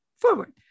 forward